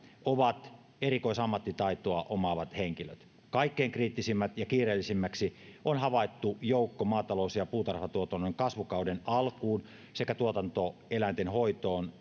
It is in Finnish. ovat erikoisammattitaitoa omaavat henkilöt kaikkein kriittisimmiksi ja kiireellisimmiksi on havaittu joukko maatalous ja puutarhatuotannon kasvukauden alkuun sekä tuotantoeläinten hoitoon